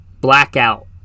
Blackout